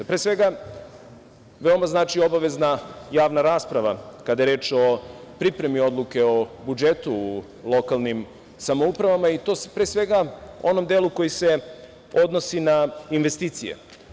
Pre svega, veoma znači obavezna javna rasprava, kada je reč o pripremi odluke o budžetu lokalnim samoupravama, i to pre svega u onom delu koji se odnosi na investicije.